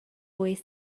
voice